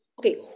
okay